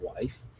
wife